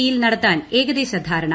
E യിൽ നടത്താൻ ഏകദേശ ധാരണ